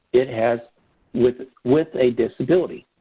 it has with with a disability.